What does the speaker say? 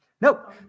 Nope